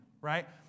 right